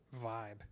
vibe